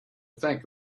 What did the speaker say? think